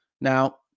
Now